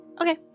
Okay